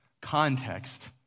context